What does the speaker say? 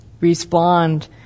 respond